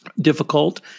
difficult